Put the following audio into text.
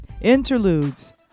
Interludes